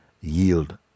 yield